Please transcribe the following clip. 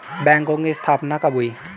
बैंकों की स्थापना कब हुई?